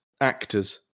actors